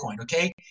Okay